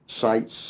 sites